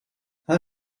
how